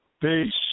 Peace